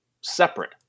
separate